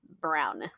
brown